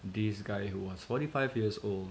this guy who was forty five years old